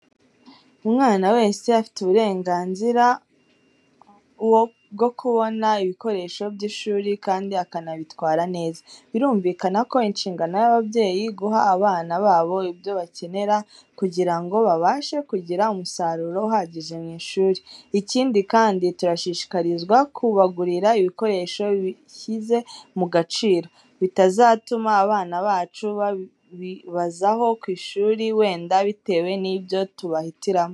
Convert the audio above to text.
Umwana wese afite uburenganzira wo kubona ibikoresho by'ishuri kandi akanabitwara neza. Birumvikana ko ari inshingano y'ababyeyi guha abana babo ibyo bakenera kugira ngo babashe kugira umusaruro uhagije mu ishuri. Ikindi kandi, turashishikarizwa kubagurira ibikoresho bishyize mu gaciro bitazatuma abana bacu babibazaho ku ishuri, wenda bitewe n'ibyo tubahitiramo.